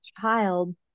child